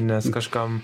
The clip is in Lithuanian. nes kažkam